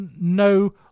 no